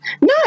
no